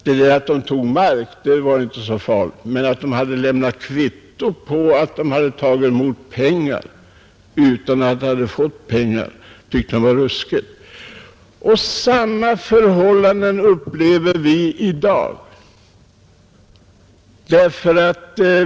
Det där att man tog mark ansågs inte vara så farligt, men att kammarkollegiet lämnade kvitto på att det hade tagit emot pengar utan att ha fått pengar ansågs vara ruskigt. Samma förhållanden upplever vi i dag.